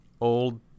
old